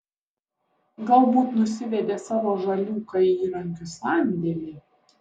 galbūt nusivedė savo žaliūką į įrankių sandėlį